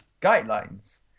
guidelines